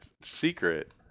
secret